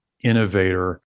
innovator